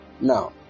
now